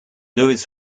louis